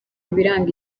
biranga